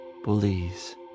bullies